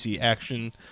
action